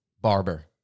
barber